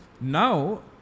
now